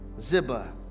Ziba